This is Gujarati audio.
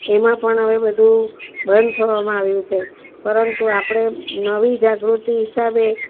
એમાં પણ હવે બધું બંધ થવામાં આવ્યું છે પરંતુ આપણે નવી જાગૃતિ હિસાબે